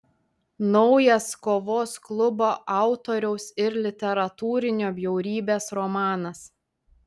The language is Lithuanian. naujas kovos klubo autoriaus ir literatūrinio bjaurybės romanas